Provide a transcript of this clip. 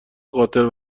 قاتل